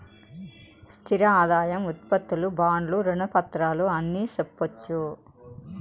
స్థిర ఆదాయం ఉత్పత్తులు బాండ్లు రుణ పత్రాలు అని సెప్పొచ్చు